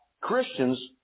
Christians